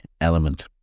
element